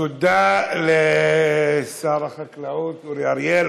תודה לשר החקלאות אורי אריאל.